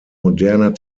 moderner